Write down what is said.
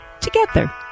together